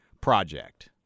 project